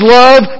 love